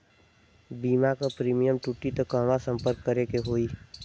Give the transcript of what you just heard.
बीमा क प्रीमियम टूटी त कहवा सम्पर्क करें के होई?